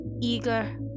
eager